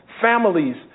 families